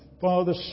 Father